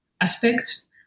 aspects